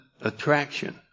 attraction